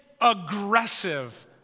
aggressive